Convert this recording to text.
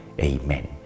Amen